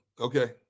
Okay